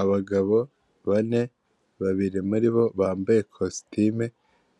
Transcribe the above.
Abagabo bane, babiri muri bo bambaye kositime